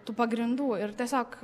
tų pagrindų ir tiesiog